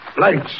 Lights